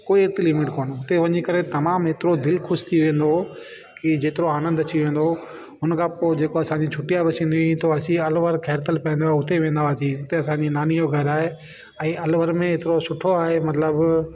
कोई उते लिमिट कोने उते वञी करे तमामु एतिरो दिलि ख़ुशि थी वेंदो हो की जेतिरो आनंदु अची वेंदो हो उन खां पोइ जेको असांजी छुट्टियां बचंदी हुई पोइ असीं अलवर खैरथल पंहिंजो उते वेंदा हुआसीं उते आसाम जो नानीअ जो घर आहे ऐं अलवर में एतिरो सुठो आहे मतिलबु